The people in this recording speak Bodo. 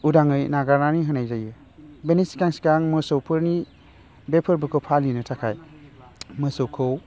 उदाङै नागारनानै होनाय जायो बेनि सिगां सिगां मोसौफोरनि बे फोरबोखौ फालिनो थाखाय मोसौखौ